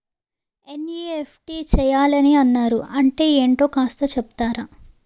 NEFT చేయాలని అన్నారు అంటే ఏంటో కాస్త చెపుతారా?